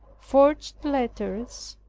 forged letters,